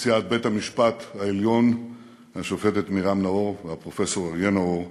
נשיאת בית-המשפט העליון השופטת מרים נאור והפרופסור אריה נאור,